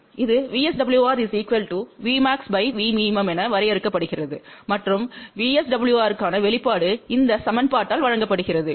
இது VSWR Vmax Vmin என வரையறுக்கப்படுகிறது மற்றும் VSWR க்கான வெளிப்பாடு இந்த சமன்பாட்டால் வழங்கப்படுகிறது